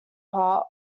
part